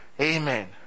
Amen